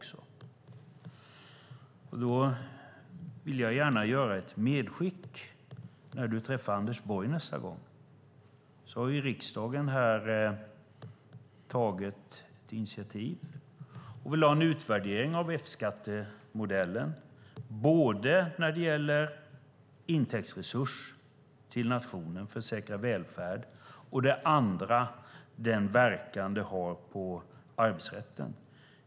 Jag vill gärna göra ett medskick till när du träffar Anders Borg nästa gång. Riksdagen har tagit ett initiativ och vill ha en utvärdering av F-skattemodellen både när det gäller intäktsresurs till nationen för att säkra välfärd och när det gäller den verkan det har på arbetsrätten.